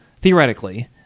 theoretically